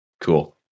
Cool